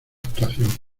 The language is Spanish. actuación